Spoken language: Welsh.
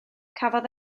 cafodd